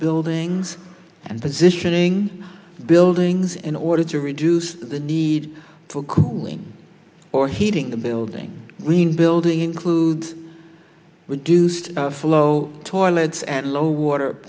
buildings and positioning buildings in order to reduce the need for cooling or heating the building when building includes reduced flow toilets and low water